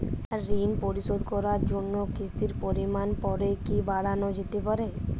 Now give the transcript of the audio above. ঋন পরিশোধ করার জন্য কিসতির পরিমান পরে কি বারানো যেতে পারে?